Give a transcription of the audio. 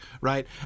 right